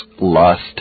lust